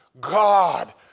God